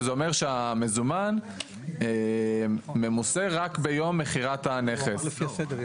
שזה אומר שהמזומן ממוסה רק ביום מכירת הנכס.